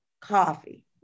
coffee